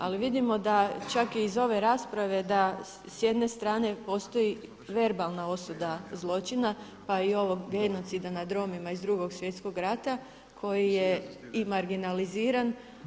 Ali vidimo da čak iz ove rasprave da s jedne strane postoji verbalna osuda zločina, pa i ovog genocida nad Romima iz Drugog svjetskog rata koji je i marginaliziran.